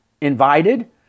invited